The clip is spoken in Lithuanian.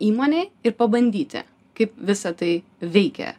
įmonėj ir pabandyti kaip visa tai veikia